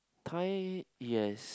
time yes